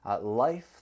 life